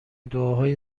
دعاهای